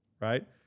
right